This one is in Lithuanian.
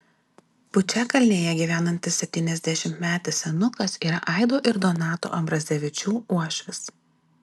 pučiakalnėje gyvenantis septyniasdešimtmetis senukas yra aido ir donato ambrazevičių uošvis